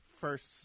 first –